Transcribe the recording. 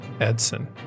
Edson